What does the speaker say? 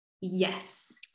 Yes